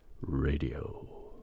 Radio